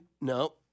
no